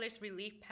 relief